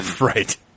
right